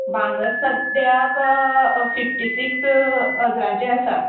भांगर सद्द्याक fifty six हजारांचें आसा